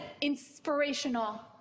inspirational